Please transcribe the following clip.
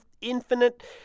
infinite